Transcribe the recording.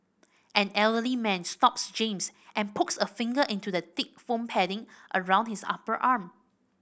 an elderly man stops James and pokes a finger into the thick foam padding around his upper arm